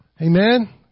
Amen